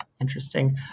Interesting